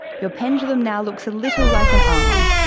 your pendulum now looks a little like an arm,